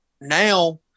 now